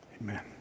Amen